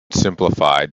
simplified